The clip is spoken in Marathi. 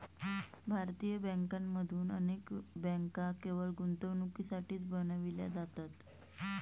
भारतीय बँकांमधून अनेक बँका केवळ गुंतवणुकीसाठीच बनविल्या जातात